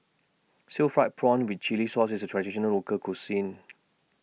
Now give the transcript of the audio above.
Stir Fried Prawn with Chili Sauce IS A Traditional Local Cuisine